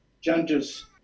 Judges